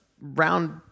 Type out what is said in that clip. round